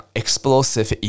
explosive